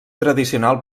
tradicional